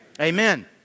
Amen